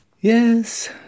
Yes